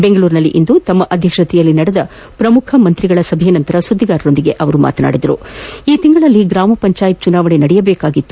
ಬೆಂಗಳೂರಿನಲ್ಲಿಂದು ತಮ್ಮ ಅಧ್ವಕ್ಷತೆಯಲ್ಲಿ ನಡೆದ ಶ್ರಮುಖ ಸಚಿವರ ಸಭೆಯ ನಂತರ ಸುದ್ಲಿಗಾರರೊಂದಿಗೆ ಮಾತನಾಡಿದ ಅವರು ಈ ತಿಂಗಳಲ್ಲಿ ಗ್ರಾಮ ಪಂಚಾಯತ್ ಚುನಾವಣೆ ನಡೆಯಬೇಕಾಗಿತ್ತು